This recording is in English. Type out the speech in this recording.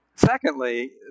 Secondly